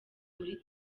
muri